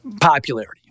popularity